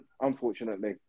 unfortunately